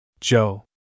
Joe